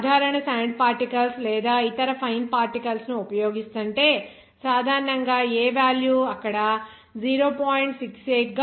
మీరు సాధారణ sand particles లేదా ఇతర ఫైన్ పార్టికల్స్ ను ఉపయోగిస్తుంటే సాధారణంగా ఈ A వేల్యూ అక్కడ 0